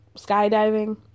skydiving